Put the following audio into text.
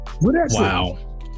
Wow